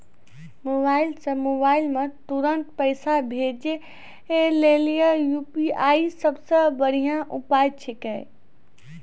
mobile से mobile मे तुरन्त पैसा भेजे लेली यू.पी.आई सबसे बढ़िया उपाय छिकै